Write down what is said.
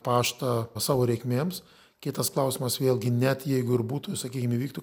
paštą savo reikmėms kitas klausimas vėlgi net jeigu ir būtų sakykim įvyktų